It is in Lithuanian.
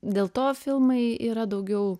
dėl to filmai yra daugiau